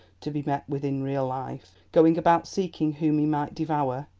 to be met with in real life going about seeking whom he might devour.